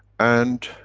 and,